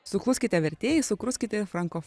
sukluskite vertėjai sukruskite franko